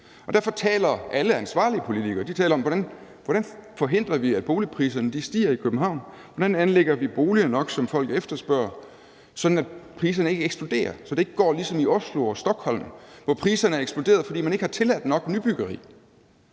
derfor taler alle ansvarlige politikere om, hvordan vi forhindrer, at boligpriserne stiger i København, hvordan anlægger vi boliger nok, som folk efterspørger, sådan at priserne ikke eksploderer, så det ikke går som i Oslo og Stockholm, hvor priserne er eksploderet, fordi man ikke har tilladt nok nybyggeri.